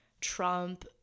trump